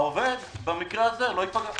העובד במקרה הזה לא ייפגע.